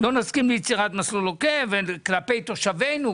"לא נסכים ליצירת מסלול עוקף כלפי תושבנו",